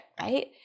right